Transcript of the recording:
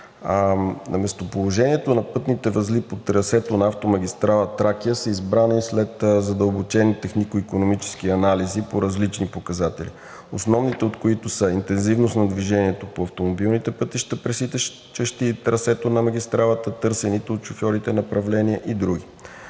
Местоположението на пътните възли по трасето на автомагистрала „Тракия“ са избрани след задълбочени технико-икономически анализи по различни показатели, основните от които са: интензивност на движението по автомобилните пътища, пресичащи трасето на магистралата, и търсените от шофьорите направления и други.